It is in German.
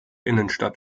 innenstadt